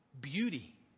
beauty